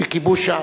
לכיבוש הארץ.